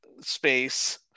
Space